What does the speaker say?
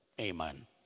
Amen